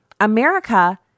America